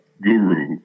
guru